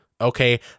okay